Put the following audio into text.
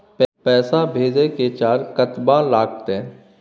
पैसा भेजय के चार्ज कतबा लागते?